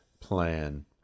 plan